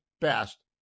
best